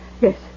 Yes